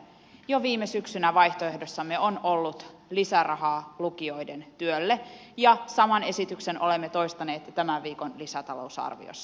jo viime syksynä vaihtoehdossamme on ollut lisärahaa lukioiden työlle ja saman esityksen olemme toistaneet tämän viikon lisätalousarviossa